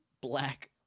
black